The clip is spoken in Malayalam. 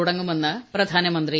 തുടങ്ങുമെന്ന് പ്രധാനമന്ത്രി